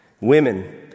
women